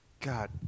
God